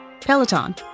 Peloton